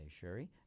Sherry